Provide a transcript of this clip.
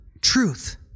truth